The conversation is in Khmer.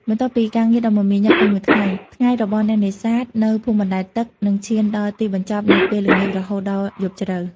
បន្ទាប់ពីការងារដ៏មមាញឹកពេញមួយថ្ងៃ ថ្ងៃរបស់អ្នកនេសាទនៅភូមិបណ្តែតទឹកនឹងឈានដល់ទីបញ្ចប់នៅពេលល្ងាចរហូតដល់យប់ជ្រៅ។